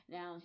Now